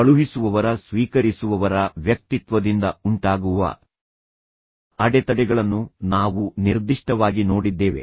ಕಳುಹಿಸುವವರ ಸ್ವೀಕರಿಸುವವರ ವ್ಯಕ್ತಿತ್ವದಿಂದ ಉಂಟಾಗುವ ಅಡೆತಡೆಗಳನ್ನು ನಾವು ನಿರ್ದಿಷ್ಟವಾಗಿ ನೋಡಿದ್ದೇವೆ